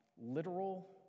literal